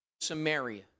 Samaria